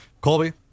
Colby